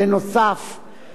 נוסף על כך,